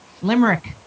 Limerick